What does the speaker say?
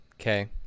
Okay